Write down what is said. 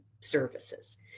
services